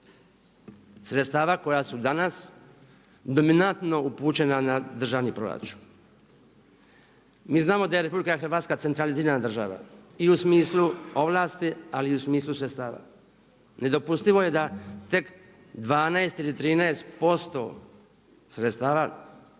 Sredstva koja su danas dominantno upućena na državni proračun. Mi znamo da je RH centralizirana država i u smislu ovlasti ali i u smislu sredstava. Nedopustivo je da tek 12 ili 13% sredstava